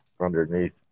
Underneath